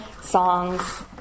songs